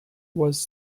was